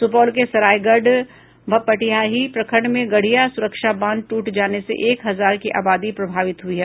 सुपौल के सरायगढ भपटियाही प्रखंड में गढ़िया सुरक्षा बांध टूट जाने से एक हजार की आबादी प्रभावित हुई है